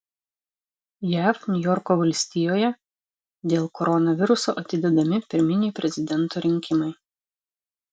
jav niujorko valstijoje dėl koronaviruso atidedami pirminiai prezidento rinkimai